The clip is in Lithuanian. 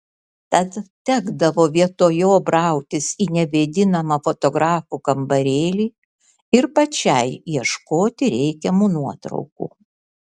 tad tekdavo vietoj jo brautis į nevėdinamą fotografų kambarėlį ir pačiai ieškoti reikiamų nuotraukų